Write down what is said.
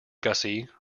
gussie